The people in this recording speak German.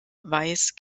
weiß